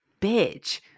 bitch